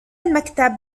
المكتب